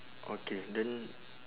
okay then